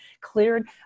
cleared